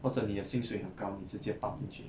或者你的薪水很高你直接 pump 进去